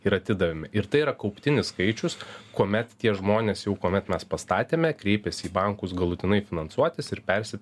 ir atidavėme ir tai yra kauptinis skaičius kuomet tie žmonės jau kuomet mes pastatėme kreipėsi į bankus galutinai finansuotis ir persi